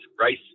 rice